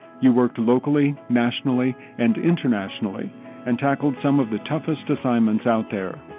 you worked locally, nationally and internationally and tackled some of the toughest assignments out there.